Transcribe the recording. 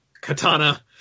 katana